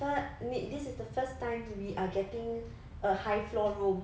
first this is the first time we are getting a high floor room